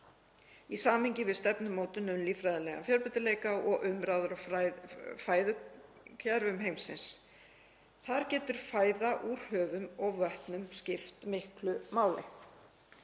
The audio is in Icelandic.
í samhengi við stefnumótun um líffræðilegan fjölbreytileika og umbætur á fæðukerfum heimsins. Þar getur fæða úr höfum og vötnum skipt miklu máli.